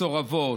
מסורבות,